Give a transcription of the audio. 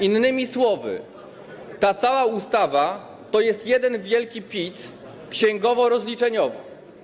Innymi słowy, ta cała ustawa to jest jeden wielki pic księgowo-rozliczeniowy.